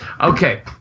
Okay